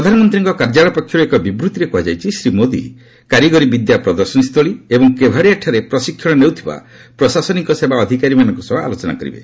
ପ୍ରଧାନମନ୍ତ୍ରୀଙ୍କ କାର୍ଯ୍ୟାଳୟ ପକ୍ଷରୁ ଏକ ବିବୂଭିରେ କୁହାଯାଇଛି ଶ୍ରୀ ମୋଦି କାରିଗରି ବିଦ୍ୟା ପ୍ରଦର୍ଶନୀସ୍ଥଳୀ ଏବଂ କେଭାଡିୟାଠାରେ ପ୍ରଶିକ୍ଷଣ ନେଉଥିବା ପ୍ରଶାସନିକ ସେବା ଅଧିକାରୀମାନଙ୍କ ସହ ଆଲୋଚନା କରିବେ